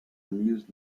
amused